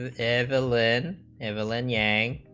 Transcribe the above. ah evelyn evelyn yang